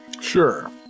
Sure